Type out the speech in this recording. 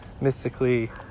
mystically